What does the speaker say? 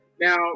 Now